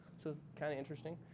so kind of interesting.